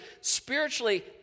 Spiritually